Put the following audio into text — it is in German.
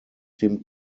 dem